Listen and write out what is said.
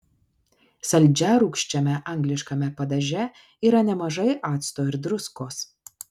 saldžiarūgščiame angliškame padaže yra nemažai acto ir druskos